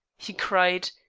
he cried,